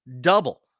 double